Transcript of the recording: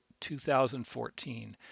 2014